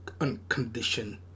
unconditioned